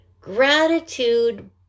gratitude